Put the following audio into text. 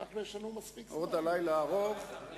ראיתי, למדתי,